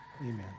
amen